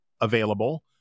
available